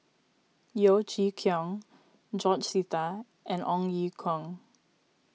Yeo Chee Kiong George Sita and Ong Ye Kung